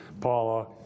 Paula